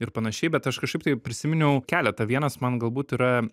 ir panašiai bet aš kažkaip tai prisiminiau keletą vienas man galbūt yra